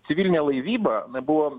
civilinė laivyba na buvo